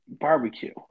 barbecue